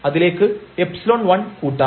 അതിലേക്ക് ϵ1 കൂട്ടാം